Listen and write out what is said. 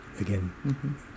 Again